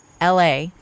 LA